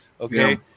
Okay